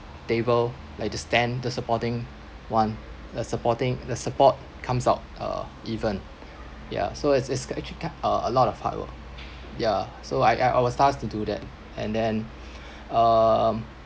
table like the stand the supporting one a supporting the support comes out uh even ya so it's it's k~ actually ca~ uh a lot of hard work ya so I I I was tasked to do that and then um